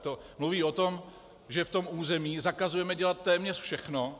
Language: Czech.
To mluví o tom, že v tom území zakazujeme dělat téměř všechno.